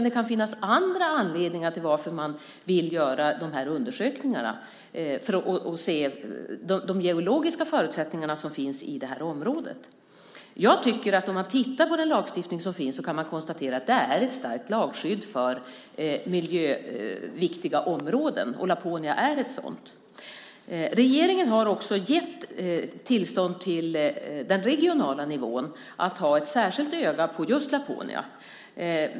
Det kan finnas andra anledningar till att man vill göra undersökningarna för att se de geologiska förutsättningarna som finns i området. Om man tittar på den lagstiftning som finns kan man konstatera att det är ett starkt lagskydd för miljöviktiga områden, och Laponia är ett sådant. Regeringen har också gett tillstånd till den regionala nivån att hålla ett särskilt öga på just Laponia.